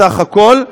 בסך הכול,